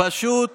פשוט